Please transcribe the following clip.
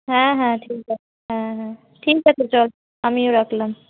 হ্যাঁ হ্যাঁ ঠিক আছে হ্যাঁ হ্যাঁ ঠিক আছে চল আমিও রাখলাম